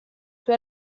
suo